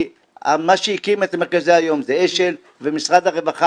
מי שהקים את מרכזי היום זה אש"ל ומשרד הרווחה,